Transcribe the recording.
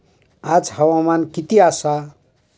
आज हवामान किती आसा?